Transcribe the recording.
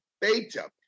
Beta